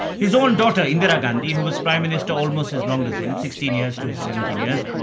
his own daughter, indira gandhi who was prime minister almost as long as him, sixteen years, to his seventeen years,